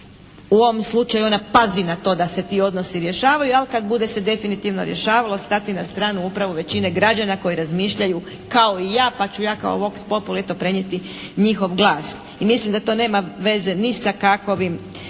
u ovom slučaju ona pazi na to da se ti odnosi rješavaju, ali kad bude se definitivno rješavalo stati na stranu upravo većine građana koji razmišljaju kao i ja pa ću ja kao vox populi eto prenijeti njihov glas i mislim da to nema veze ni sa kakovim